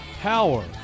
Power